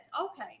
Okay